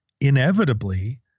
inevitably